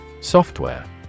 Software